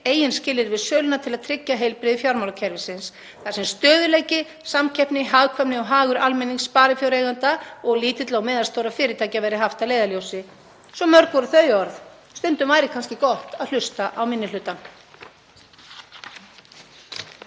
eigin skilyrði við söluna til að tryggja heilbrigði fjármálakerfisins þar sem stöðugleiki, samkeppni, hagkvæmni og hagur almennings, sparifjáreigenda og lítilla og meðalstórra fyrirtækja verði haft að leiðarljósi. Svo mörg voru þau orð. Stundum væri kannski gott að hlusta á minni hlutann.